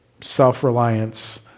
self-reliance